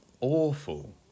Awful